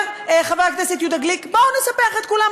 אומר חבר הכנסת יהודה גליק: בואו נספח את כולם,